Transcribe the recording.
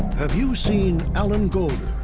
have you seen alan golder?